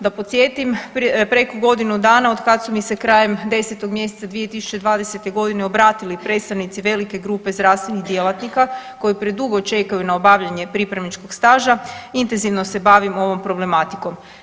Da podsjetim preko godinu dana od kad su mi se krajem 10. mjeseca 2020. godine obratili predstavnici velike grupe zdravstvenih djelatnika koji predugo čekaju na obavljanje pripravničkog staža, intenzivno se bavim ovom problematikom.